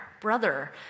brother